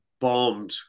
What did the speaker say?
bombed